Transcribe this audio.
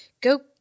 go